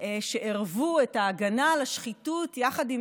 שעירבו את ההגנה על השחיתות יחד עם